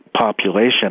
population